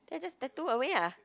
then just tattoo away ah